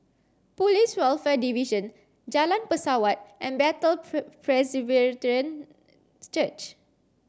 Police Welfare Division Jalan Pesawat and Bethel Presbyterian Church